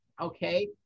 Okay